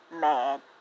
mad